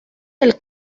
del